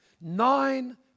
nine